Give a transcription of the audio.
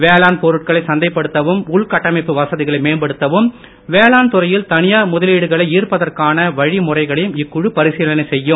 வேளாண் பொருட்களை சந்தைப் படுத்தவும் உள்கட்டமைப்பு வசதிகளை மேம்படுத்தவும் வேளாண்துறையில் தனியார் முதலீடுகளை ஈர்ப்பதற்கான வழிமுறைகளையும் இக்குழு பரிசீலனை செய்யும்